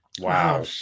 Wow